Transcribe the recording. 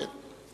נכון.